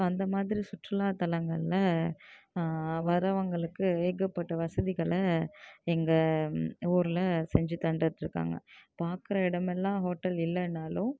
so அந்த மாதிரி சுற்றுலா தளங்களில் வரவங்களுக்கு ஏகப்பட்ட வசதிகளை எங்கள் ஊரில் செஞ்சு தந்துட்டுருக்காங்க பார்க்குற இடமெல்லாம் ஹோட்டல் இல்லன்னாலும்